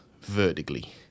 vertically